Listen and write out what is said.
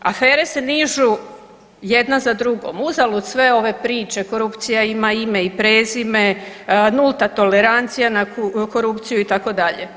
Afere se nižu jedna za drugom, uzalud sve ove priče, korupcija ima ime i prezime, nulta tolerancija na korupciju, itd.